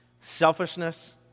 Selfishness